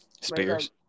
spears